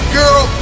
girl